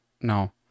No